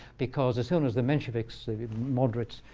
because as soon as the mensheviks, the moderates,